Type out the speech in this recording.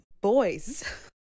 boys